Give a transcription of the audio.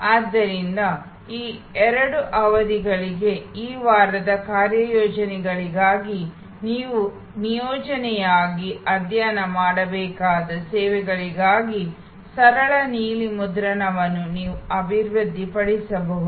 ಆದ್ದರಿಂದ ಈ ಎರಡು ಅವಧಿಗಳಿಗೆ ಈ ವಾರದ ಕಾರ್ಯಯೋಜನೆಗಳಿಗಾಗಿ ನೀವು ನಿಯೋಜನೆಯಾಗಿ ಅಧ್ಯಯನ ಮಾಡಬೇಕಾದ ಸೇವೆಗಳಿಗಾಗಿ ಸರಳ ನೀಲಿ ಮುದ್ರಣಗಳನ್ನು ನೀವು ಅಭಿವೃದ್ಧಿಪಡಿಸಬಹುದು